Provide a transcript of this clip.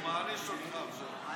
הוא מעניש אותך עכשיו.